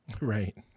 Right